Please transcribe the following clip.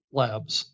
labs